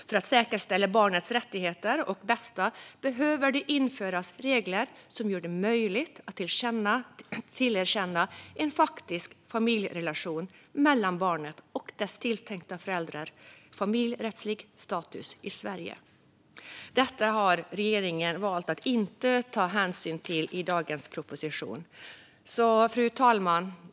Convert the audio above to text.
För att säkerställa barnets rättigheter och bästa behöver det införas regler som gör det möjligt att tillerkänna en faktisk familjerelation mellan barnet och dess tilltänkta föräldrar familjerättslig status i Sverige." Detta har regeringen valt att inte ta hänsyn till i dagens proposition. Fru talman!